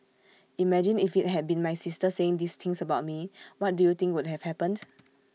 imagine if IT had been my sister saying these things about me what do you think would have happened